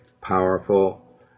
powerful